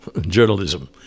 journalism